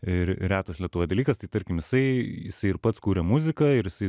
ir retas lietuvoj dalykas tai tarkim jisai jisai ir pats kuria muziką ir jisai